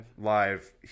live